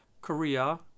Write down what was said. Korea